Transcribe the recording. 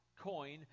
coin